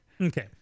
Okay